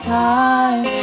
time